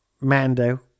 Mando